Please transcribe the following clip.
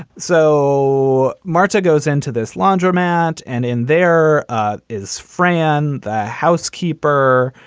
so marta goes into this laundromat and in there is fran, the housekeeper,